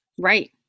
right